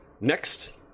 Next